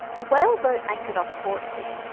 the whaleboat anchored off portsea,